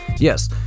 Yes